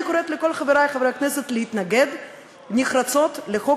אני קוראת לכל חברי חברי הכנסת להתנגד נחרצות לחוק